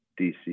DC